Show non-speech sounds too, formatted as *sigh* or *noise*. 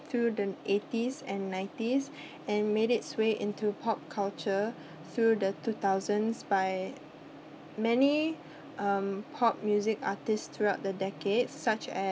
through the eighties and nineties *breath* and made its way into pop culture through the two thousands by many um pop music artists throughout the decades such as